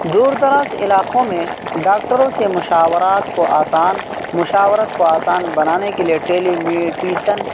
دور دراز علاقوں میں ڈاکٹروں سے مشاورات کو آسان مشاورت کو آسان بنانے کے لیے ٹیلی